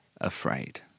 afraid